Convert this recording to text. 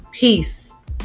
Peace